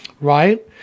Right